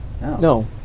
No